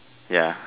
ya